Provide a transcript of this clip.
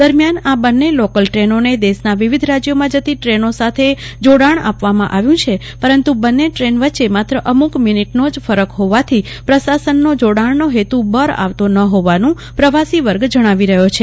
દરમ્યાન આ બન્ને લોકલ ટ્રેનો ને દેશના વિવિધ રાજયોમાં જતી ટ્રેનો સાથે જોડાણ આપવામાં આવ્યું છે પરંતુ બન્ને ટ્રેન વચ્ચે માત્ર અમુક મિનિટનો જ ફરક હોવાથી પ્રશાસનનો જોડાણનો હેતુ બર આવતો ન હોવાનું પ્રવાસીવર્ગ જણાવી રહ્યો છે